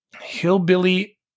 hillbilly